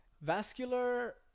vascular